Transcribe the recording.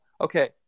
Okay